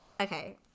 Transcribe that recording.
okay